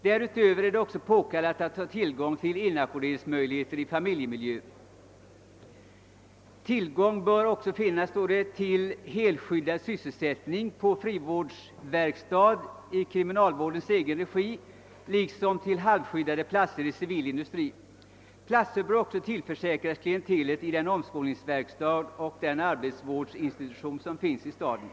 Därutöver är det också påkallat, framhåller kriminalvårdsstyrelsen, att ha tillgång till inackorderingsmöjligheter i familjemiljö. Tillgång bör också finnas, påpekas det i kriminalvårdsstyrelsens petita, till helskyddad sysselsättning på frivårdsverkstad i kriminalvårdsstyrelsens egen regi liksom till halvskyddade platser i civil industri. Platser bör också, framhåller man vidare, tillförsäkras klientelet i den omskolningsverkstad och den arbetsvårdsinstitution som finns i staden.